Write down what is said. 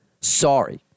Sorry